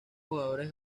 jugadores